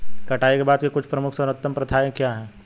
कटाई के बाद की कुछ प्रमुख सर्वोत्तम प्रथाएं क्या हैं?